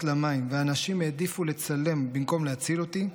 למים ואנשים העדיפו לצלם במקום להציל אותי,